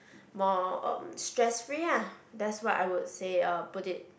more um stress free ah that's what I would say uh put it